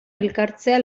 elkartzea